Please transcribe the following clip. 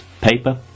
paper